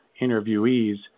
interviewees